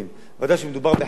ודאי כשמדובר בחיי אדם,